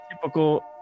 typical